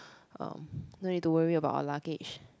um no need to worry about our luggage